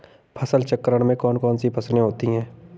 फसल चक्रण में कौन कौन सी फसलें होती हैं?